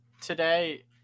today